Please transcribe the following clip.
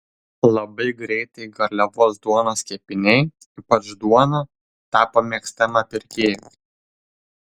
labai greitai garliavos duonos kepiniai ypač duona tapo mėgstama pirkėjų